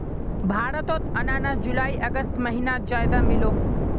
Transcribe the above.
भारतोत अनानास जुलाई अगस्त महिनात ज्यादा मिलोह